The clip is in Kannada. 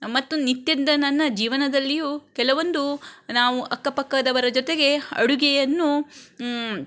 ಮತ್ತು ನಿತ್ಯದ ನನ್ನ ಜೀವನದಲ್ಲಿಯೂ ಕೆಲವೊಂದು ನಾವು ಅಕ್ಕಪಕ್ಕದವರ ಜೊತೆಗೆ ಅಡುಗೆಯನ್ನು